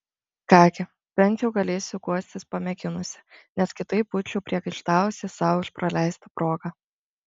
ką gi bent jau galėsiu guostis pamėginusi nes kitaip būčiau priekaištavusi sau už praleistą progą